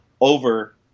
over